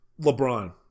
LeBron